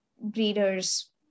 breeders